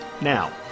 Now